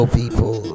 people